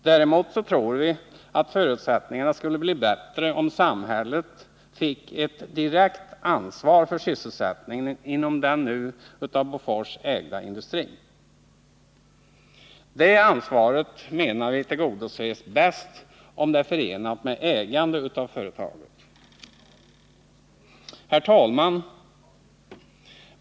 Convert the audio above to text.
Däremot tror vi att förutsättningarna skulle bli bättre om samhället fick ett direkt ansvar för sysselsättningen inom den nu av AB Bofors ägda industrin. Det ansvaret tillgodoses bäst om det är förenat med ägande av företaget. Herr talman!